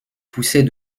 poussait